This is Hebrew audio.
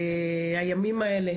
הימים האלה